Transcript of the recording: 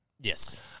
Yes